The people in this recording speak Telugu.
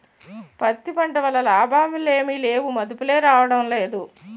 పత్తి పంట వల్ల లాభాలేమి లేవుమదుపులే రాడంలేదు